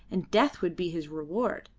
and death would be his reward.